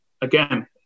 Again